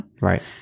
Right